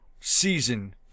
season